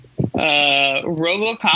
RoboCop